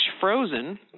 frozen –